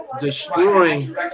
destroying